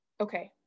okay